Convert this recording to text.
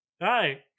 Hi